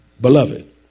Beloved